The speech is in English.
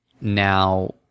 now